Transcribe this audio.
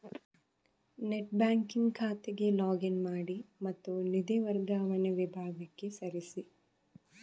net banking ಖಾತೆಗೆ log in ಮಾಡಿ ಮತ್ತು ನಿಧಿ ವರ್ಗಾವಣೆ ವಿಭಾಗಕ್ಕೆ ಸರಿಸಿ